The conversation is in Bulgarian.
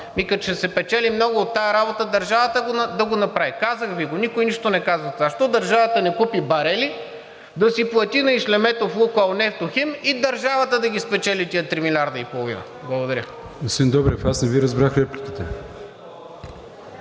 като ще се печели много от тази работа, държавата да го направи. Казах Ви го. Никой нищо не каза за това. Защо държавата не купи барели, да си плати на ишлемето в „Лукойл Нефтохим“ и държавата да ги спечели тези 3,5 милиарда? Благодаря.